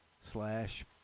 slash